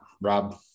Rob